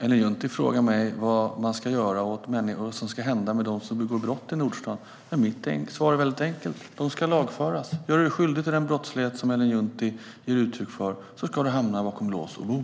Ellen Juntti frågar mig vad som ska hända med dem som begår brott i Nordstan. Mitt svar är enkelt: De ska lagföras. Gör du dig skyldig till den brottslighet som Ellen Juntti beskriver ska du hamna bakom lås och bom.